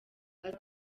aza